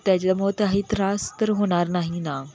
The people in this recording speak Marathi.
त्याच्यामुळे काही त्रास तर होणार नाही ना